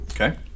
Okay